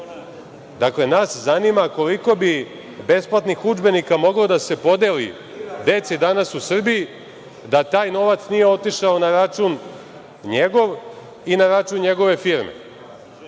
usluga. Dakle, nas zanima koliko bi besplatnih udžbenika moglo da se podeli deci danas u Srbiji da taj novac nije otišao na račun njegov i na račun njegove firme,